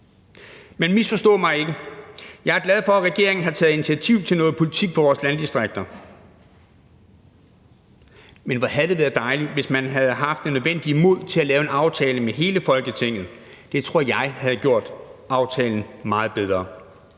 Men misforstå mig ikke. Jeg er glad for, at regeringen har taget initiativ til noget politik for vores landdistrikter. Men hvor havde det været dejligt, hvis man havde haft det nødvendige mod til at lave en aftale med hele Folketinget. Det tror jeg havde gjort aftalen meget bedre.